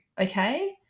okay